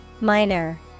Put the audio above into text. Minor